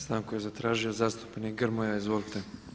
Stanku je zatražio zastupnik Grmoja, izvolite.